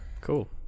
cool